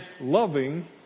loving